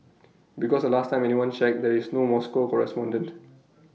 because the last time anyone checked there is no Moscow correspondent